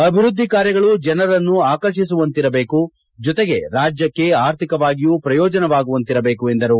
ಅಭಿವೃದ್ಧಿ ಕಾರ್ಯಗಳು ಜನರನ್ನು ಆಕರ್ಷಿಸುವಂತಿರಬೇಕು ಮಾಡುವಂತಿರಬೇಕು ಜೊತೆಗೆ ರಾಜ್ಯಕ್ಕೆ ಆರ್ಥಿಕವಾಗಿಯೂ ಪ್ರಯೋಜನವಾಗುವಂತಿರಬೇಕು ಎಂದರು